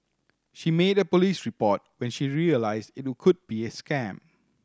she made a police report when she realised it could be a scam